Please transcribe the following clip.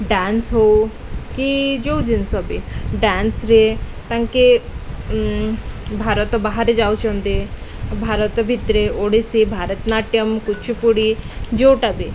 dance ହଉ କି ଯେଉଁ ଜିନିଷ ବି ଡ୍ୟାନ୍ସରେ ତାଙ୍କେ ଭାରତ ବାହାରେ ଯାଉଛନ୍ତି ଭାରତ ଭିତରେ ଓଡ଼ିଶୀ ଭାରତନାଟ୍ୟମ୍ କୁଚିପୁଡ଼ି ଯେଉଁଟା ବି